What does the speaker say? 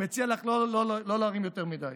אני מציע לך לא להרים יותר מדי.